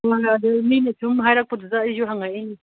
ꯃꯤꯅ ꯁꯨꯝ ꯍꯥꯏꯔꯛꯄꯗꯨꯗ ꯑꯩꯁꯨ ꯍꯪꯉꯛꯏꯅꯤ